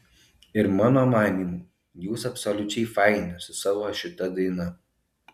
ir mano manymu jūs absoliučiai faini su savo šita daina